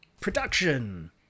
Production